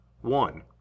one